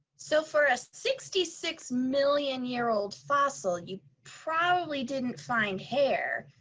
so for a sixty six million year old fossil, you probably didn't find hair,